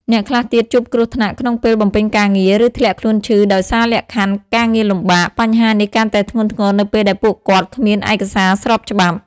អ្នកខ្លះទៀតជួបគ្រោះថ្នាក់ក្នុងពេលបំពេញការងារ ឬធ្លាក់ខ្លួនឈឺដោយសារលក្ខខណ្ឌការងារលំបាក បញ្ហានេះកាន់តែធ្ងន់ធ្ងរនៅពេលដែលពួកគាត់គ្មានឯកសារស្របច្បាប់។